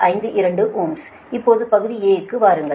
52 Ω இப்போது பகுதி க்கு வாருங்கள்